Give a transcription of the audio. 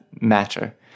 matter